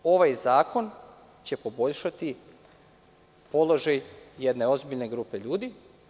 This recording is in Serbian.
Ovaj zakon će poboljšati položaj jedne ozbiljne grupe ljudi.